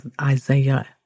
Isaiah